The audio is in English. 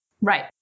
Right